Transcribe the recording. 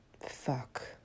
fuck